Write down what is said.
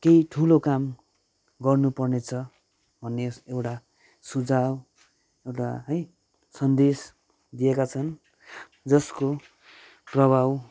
केही ठुलो काम गर्नुपर्ने छ भन्ने एउटा सुझाव एउटा है संदेश दिएका छन् जसको प्रभाव